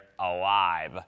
alive